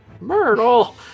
Myrtle